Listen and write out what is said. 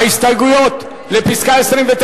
הסתייגויות 29,